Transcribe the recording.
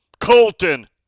Colton